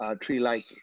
tree-like